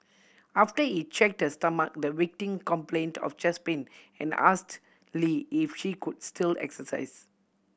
after he checked her stomach the complained of chest pain and asked Lee if she could still exercise